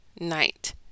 night